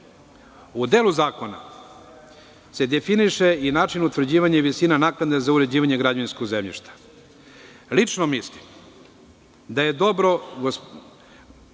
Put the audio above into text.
delu zakona se definiše i način utvrđivanja i visina naknade za uređivanje građevinskog zemljišta. Lično mislim da je dobro